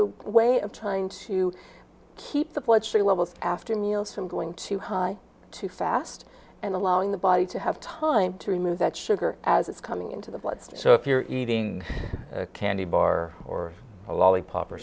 a way of trying to keep the blood sugar levels after meals i'm going to high too fast and allowing the body to have time to remove that sugar as it's coming into the bloodstream so if you're eating a candy bar or a lollipop or